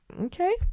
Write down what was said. Okay